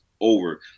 over